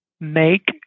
Make